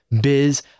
biz